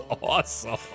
awesome